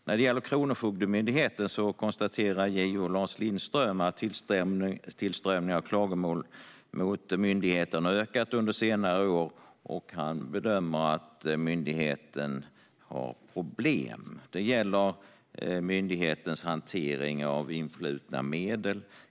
När det gäller Kronofogdemyndigheten konstaterar JO Lars Lindström att tillströmningen av klagomål mot myndigheten har ökat under senare år, och han bedömer att myndigheten har problem. Det gäller myndighetens hantering av influtna medel.